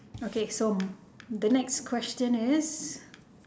okay so the next question is